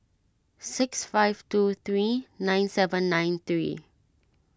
six five two three nine seven nine three